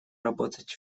работать